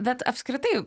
bet apskritai